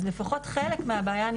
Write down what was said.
אז לפחות חלק מהבעיה, אני